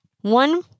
one